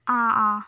ആ ആ